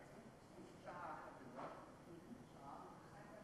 הולך ומביא לי את